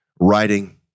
writing